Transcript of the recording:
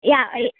ಯ ಐ